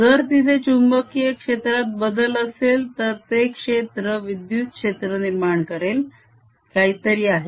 जर तिथे चुंबकीय क्षेत्रात बदल असेल तर ते क्षेत्र विद्युत क्षेत्र निर्माण करेल काहीतरी आहे